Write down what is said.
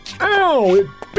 Ow